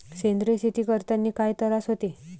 सेंद्रिय शेती करतांनी काय तरास होते?